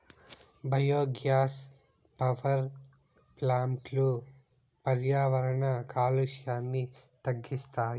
biogas power ప్లాంట్లు పర్యావరణ కాలుష్యాన్ని తగ్గిస్తాయి